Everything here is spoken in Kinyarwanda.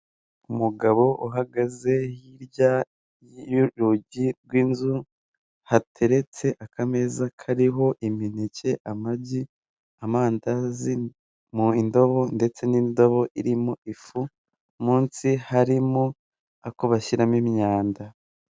Umugabo uhagaze hirya y'urugi rw'inzu, hateretse akameza kariho imineke, amagi, amandazi mu ndobo, cndetse n'indabo irimo ifu, munsi harimo ako bashyiramo imyanda.